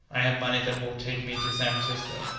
i have money that will take me to san francisco.